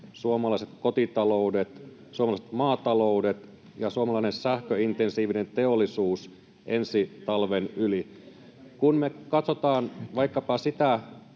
suomalaiset kotitaloudet, suomalaiset maatilat ja suomalainen sähköintensiivinen teollisuus ensi talven yli. Kun me katsotaan vaikkapa sitä,